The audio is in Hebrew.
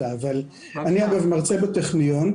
אני מרצה בטכניון.